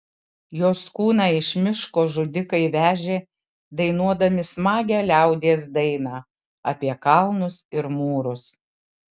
jos kūną iš miško žudikai vežė dainuodami smagią liaudies dainą apie kalnus ir mūrus